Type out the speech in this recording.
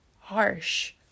harsh